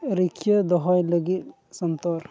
ᱨᱩᱠᱷᱤᱭᱟᱹ ᱫᱚᱦᱚᱭ ᱞᱟᱹᱜᱤᱫ ᱥᱚᱱᱛᱚᱨ